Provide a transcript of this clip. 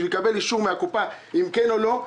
בשביל לקבל אישור מקופת החולים אם כן או לא,